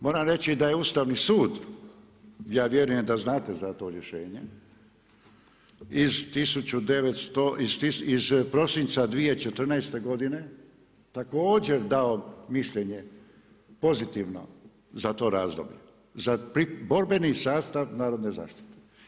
Moram reći da je Ustavni sud, ja vjerujem da znate za to rješenje, iz prosinca 2014. godine također dao mišljenje pozitivno za to razdoblje, za borbeni sastav narodne zaštite.